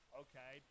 okay